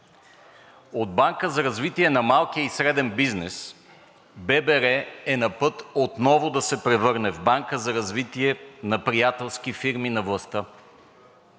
От банка за развитие на малкия и среден бизнес ББР е на път отново да се превърне в банка за развитие на приятелски фирми на властта.